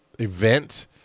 event